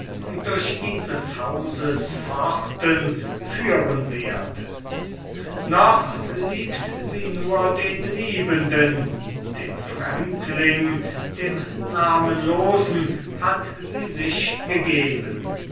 durch dieses hauses pforten führen werde noch liebt sie nur den liebenden dem fremdling dem namenlosen hat sie sich gegeben